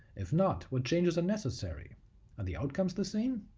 if not, what changes are necessary? are the outcomes the same?